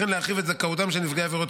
וכן להרחיב את זכאותם של נפגעי עבירות